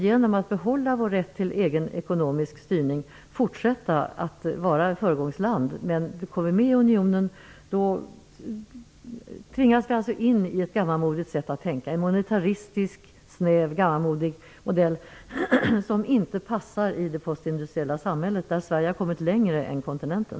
Genom att behålla vår rätt till egen ekonomisk styrning kan vi fortsätta att vara ett föregångsland. Om vi kommer med i unionen tvingas vi in i ett gammalmodigt sätt att tänka -- en monetaristisk, snäv, gammalmodig modell som inte passar i det postindustriella samhället där Sverige har kommit längre än länderna på kontinenten.